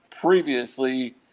previously